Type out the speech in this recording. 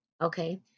okay